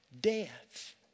death